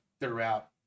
throughout